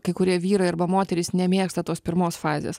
kai kurie vyrai arba moterys nemėgsta tos pirmos fazės